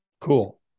Cool